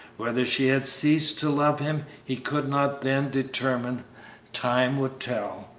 whether she had ceased to love him he could not then determine time would tell.